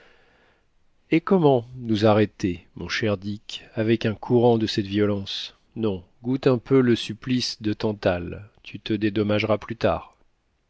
et comment nous arrêter mon cher dick avec un courant de cette violence non goûte un peu le supplice de tantale tu te dédommageras plus tard